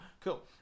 Cool